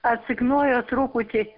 atsiknojo truputį